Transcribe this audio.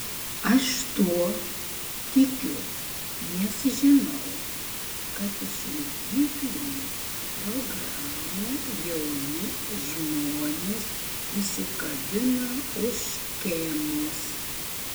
aš tuo tikiu nes žinau kad iš mokyklinių programų jauni žmonės užsikabina už škėmos